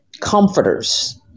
comforters